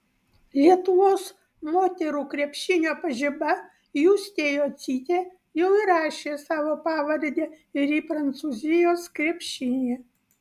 lietuvos moterų krepšinio pažiba justė jocytė jau įrašė savo pavardę ir į prancūzijos krepšinį